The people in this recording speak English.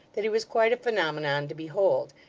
that he was quite a phenomenon to behold,